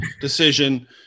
decision